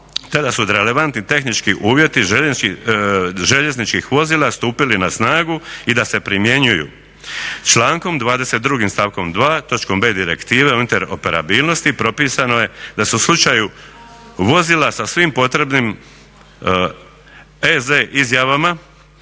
te da su relevantni tehnički uvjeti željezničkih vozila stupili na snagu i da se primjenjuju. Člankom 22. stavkom 2. točkom b. Direktive o interoperabilnosti propisano je da se u slučaju vozila sa svim potrebni EZ izjavama